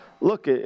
look